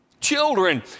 Children